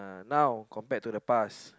but now compared to the past